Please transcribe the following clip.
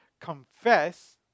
confess